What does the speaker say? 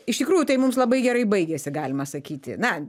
iš tikrųjų tai mums labai gerai baigėsi galima sakyti na